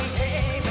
hey